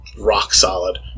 rock-solid